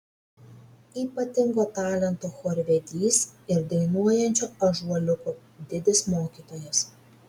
ypatingo talento chorvedys ir dainuojančio ąžuoliuko didis mokytojas